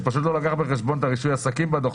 הוא פשוט לא לוקח בחשבון את רישוי העסקים בדוח.